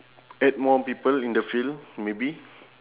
add more people in the field maybe